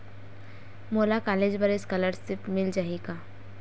मोला कॉलेज बर स्कालर्शिप मिल जाही का?